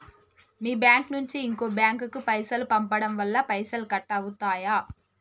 మీ bank నుంచి ఇంకో bank కు పైసలు పంపడం వల్ల పైసలు కట్ అవుతయా?